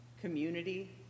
community